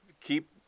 keep